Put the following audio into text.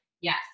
Yes